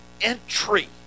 entry